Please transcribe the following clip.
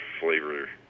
flavor